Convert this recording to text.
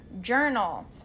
journal